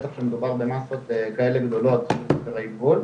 בטח שמדובר במסות כאלה גדולות של בקרי גבול.